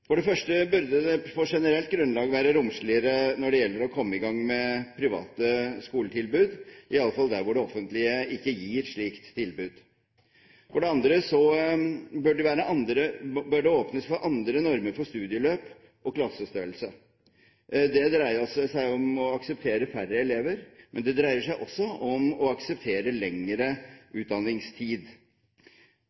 For det første burde det på generelt grunnlag være romsligere når det gjelder å komme i gang med private skoletilbud, i hvert fall der hvor det offentlige ikke gir slikt tilbud. For det andre bør det åpnes for andre normer for studieløp og klassestørrelse. Det dreier seg om å akseptere færre elever, men det dreier seg også om å akseptere lengre